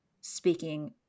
speaking